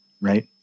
Right